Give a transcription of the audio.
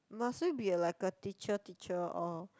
must we be like a teacher teacher or